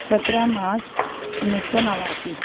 سترہ مارچ انیس سو نواسی